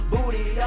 Booty